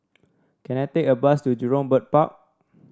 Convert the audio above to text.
can I take a bus to Jurong Bird Park